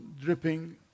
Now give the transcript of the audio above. dripping